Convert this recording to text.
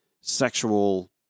sexual